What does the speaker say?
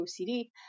OCD